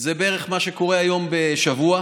זה בערך מה שקורה היום בשבוע,